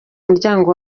muryango